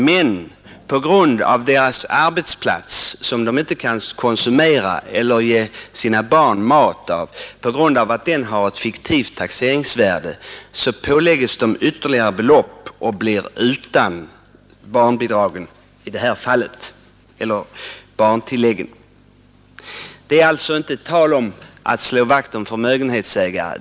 Men på grund av att deras arbetsplats har ett fiktivt taxeringsvärde, som de inte kan konsumera eller ge sina barn mat av, påläggs de ytterligare belopp och blir utan barntilläggen. Det är alltså inte tal om att slå vakt om förmögenhetsägare.